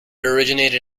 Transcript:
originated